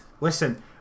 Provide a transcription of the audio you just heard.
listen